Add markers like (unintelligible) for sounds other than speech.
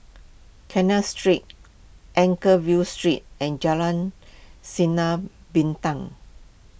(unintelligible) Street Anchorvale Street and Jalan Sinar Bintang